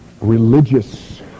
religious